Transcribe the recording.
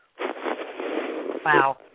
Wow